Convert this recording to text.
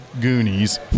goonies